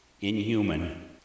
Inhuman